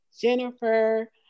Jennifer